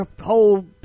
whole